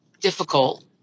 difficult